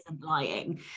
lying